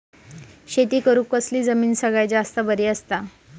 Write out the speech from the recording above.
शेती करुक कसली जमीन सगळ्यात जास्त बरी असता?